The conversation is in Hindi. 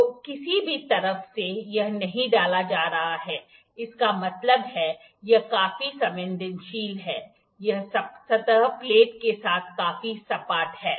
तो किसी भी तरफ से यह नहीं डाला जा रहा है इसका मतलब है यह काफी संवेदनशील है यह सतह प्लेट के साथ काफी सपाट है